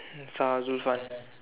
ask uh Zulfan